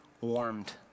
warmed